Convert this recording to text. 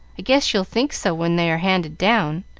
i guess you'll think so when they are handed down.